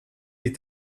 est